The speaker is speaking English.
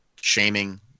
shaming